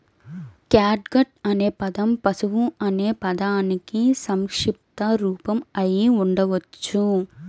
catgut అనే పదం పశువు అనే పదానికి సంక్షిప్త రూపం అయి ఉండవచ్చు